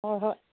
ꯍꯣꯏ ꯍꯣꯏ